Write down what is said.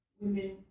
women